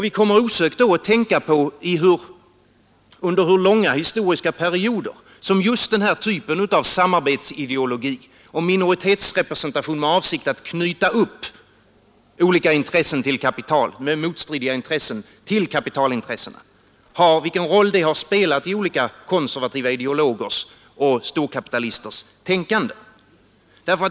Vi kommer osökt att tänka på vilken roll som just den här typen av samarbetsideologi och minoritetsrepresentation, med avsikt att knyta upp olika grupper med motstridiga intressen till kapitalintressena, har spelat under långa historiska perioder i olika konservativa ideologers och storkapitalisters tänkande.